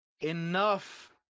Enough